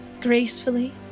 gracefully